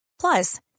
Plus